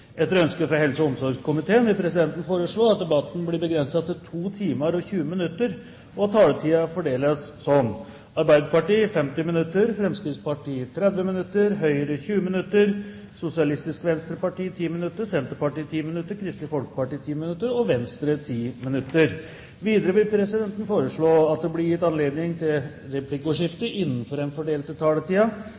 Etter ønske fra helse- og omsorgskomiteen vil presidenten foreslå at debatten blir begrenset til 2 timer og 20 minutter, og at taletiden fordeles slik: Arbeiderpartiet 50 minutter, Fremskrittspartiet 30 minutter, Høyre 20 minutter, Sosialistisk Venstreparti 10 minutter, Senterpartiet 10 minutter, Kristelig Folkeparti 10 minutter og Venstre 10 minutter. Videre vil presidenten foreslå at det blir gitt anledning til replikkordskifte